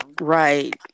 Right